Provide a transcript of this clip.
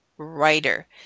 writer